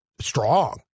strong